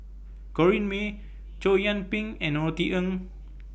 Corrinne May Chow Yian Ping and Norothy Ng